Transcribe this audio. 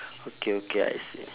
okay okay I see